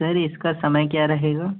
sir इसका समय क्या रहेगा